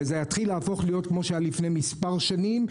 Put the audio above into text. וזה יהפוך להיות כמו שהיה לפני מספר שנים,